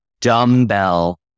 dumbbell